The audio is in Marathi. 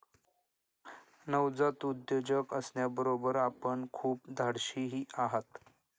नवजात उद्योजक असण्याबरोबर आपण खूप धाडशीही आहात